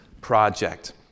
project